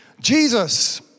Jesus